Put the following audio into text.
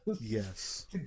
yes